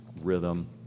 rhythm